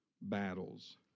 battles